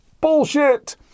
Bullshit